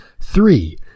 three